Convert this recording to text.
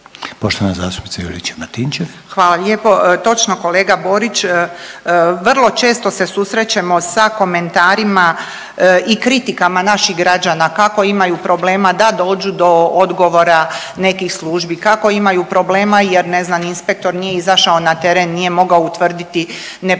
Branka (HDZ)** Hvala lijepo. Točno kolega Borić, vrlo često se susrećemo sa komentarima i kritikama naših građana kako imaju problema da dođu do odgovora nekih službi. Kako imaju problema jer ne znam inspektor nije izašao na teren, nije mogao utvrditi nepravilnosti.